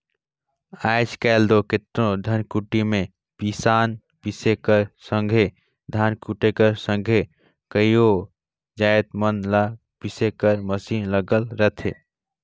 आएज काएल दो केतनो धनकुट्टी में पिसान पीसे कर संघे धान कूटे कर संघे कइयो जाएत मन ल पीसे कर मसीन लगल रहथे